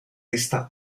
lista